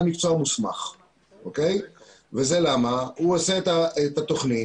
מקצוע מוסמך וזה בגלל שהוא עושה את התוכנית,